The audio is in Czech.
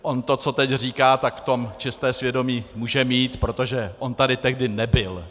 On, co teď říká, tak v tom čisté svědomí může mít, protože on tady tehdy nebyl.